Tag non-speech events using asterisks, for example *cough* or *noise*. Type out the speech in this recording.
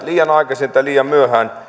*unintelligible* liian aikaisin tai liian myöhään